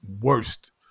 worst